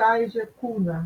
čaižė kūną